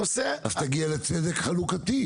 אז תגיע לצדק חלוקתי.